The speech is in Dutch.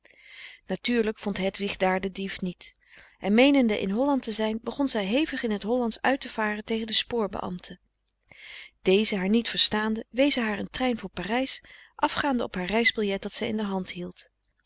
natuurlijk vond hedwig daar den dief niet en meenende in holland te zijn begon zij hevig in t hollandsch uit te varen tegen de spoorbeambten deze haar niet verstaande wezen haar een trein voor parijs afgaande op haar reisbillet dat zij in de hand hield